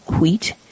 wheat